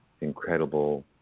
incredible